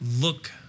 look